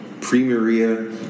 pre-Maria